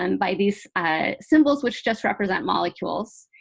um by these symbols which just represent molecules.